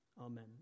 Amen